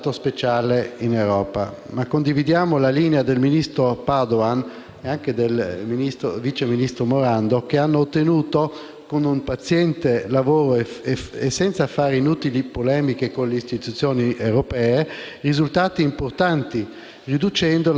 con un paziente lavoro e senza fare inutili polemiche con le istituzioni europee - risultati importanti, riducendo la percezione di rischio nei confronti dell'Italia sia in sede europea che sui mercati finanziari, ottenendo